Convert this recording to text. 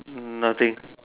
mm nothing